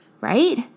right